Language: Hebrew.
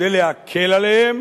כדי להקל עליהם